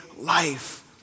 life